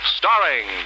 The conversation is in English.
starring